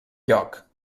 lloc